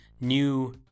new